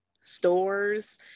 stores